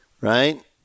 right